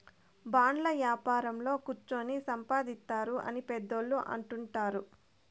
బాండ్ల యాపారంలో కుచ్చోని సంపాదిత్తారు అని పెద్దోళ్ళు అంటుంటారు